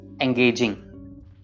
engaging